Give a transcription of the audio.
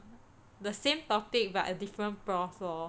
the same topic but a different prof lor